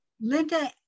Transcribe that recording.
Linda